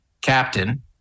Captain